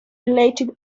related